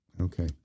Okay